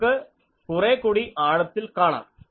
നമുക്ക് കുറേ കൂടി ആഴത്തിൽ കാണാം